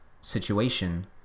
situation